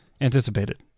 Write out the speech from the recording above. anticipated